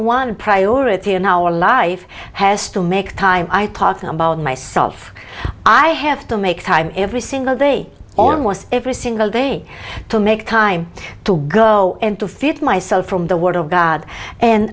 one priority in our life has to make time i talking about myself i have to make time every single day on once every single day to make time to go and to feed myself from the word of god and